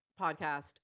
podcast